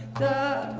the